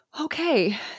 Okay